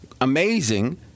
amazing